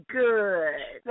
good